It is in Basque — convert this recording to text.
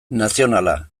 nazionala